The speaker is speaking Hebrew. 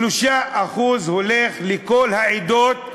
3% ממנו הולכים לכל העדות,